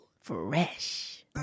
Fresh